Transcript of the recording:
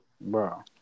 Bro